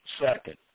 Second